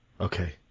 Okay